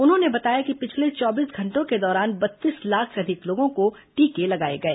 उन्होंने बताया कि पिछले चौबीस घंटों के दौरान बत्तीस लाख से अधिक लोगों को टीके लगाए गए